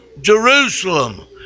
Jerusalem